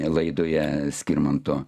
laidoje skirmanto